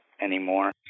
anymore